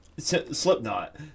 Slipknot